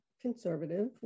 conservative